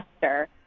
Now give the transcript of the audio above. faster